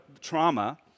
trauma